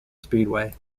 speedway